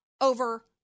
over